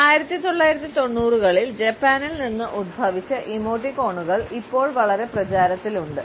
1990 കളിൽ ജപ്പാനിൽ നിന്ന് ഉത്ഭവിച്ച ഇമോട്ടിക്കോണുകൾ ഇപ്പോൾ വളരെ പ്രചാരത്തിലുണ്ട്